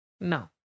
No